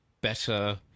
better